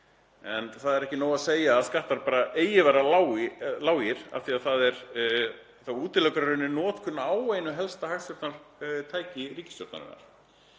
En það er ekki nóg að segja að skattar eigi að vera lágir af því að það útilokar í rauninni notkun á einu helsta hagstjórnartæki ríkisstjórnarinnar.